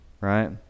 Right